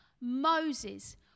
Moses